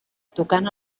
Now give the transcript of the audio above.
tocant